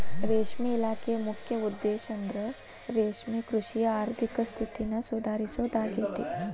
ರೇಷ್ಮೆ ಇಲಾಖೆಯ ಮುಖ್ಯ ಉದ್ದೇಶಂದ್ರ ರೇಷ್ಮೆಕೃಷಿಯ ಆರ್ಥಿಕ ಸ್ಥಿತಿನ ಸುಧಾರಿಸೋದಾಗೇತಿ